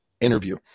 interview